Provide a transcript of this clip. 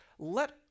let